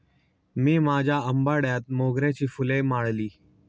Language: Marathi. मी माझ्या आंबाड्यात मोगऱ्याची फुले माळली